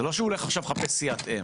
זה לא שהוא הולך עכשיו לחפש סיעת אם.